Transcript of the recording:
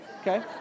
okay